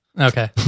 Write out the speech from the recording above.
Okay